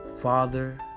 father